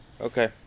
okay